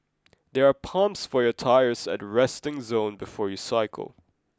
there are pumps for your tires at the resting zone before you cycle